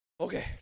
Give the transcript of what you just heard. Okay